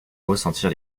ressentir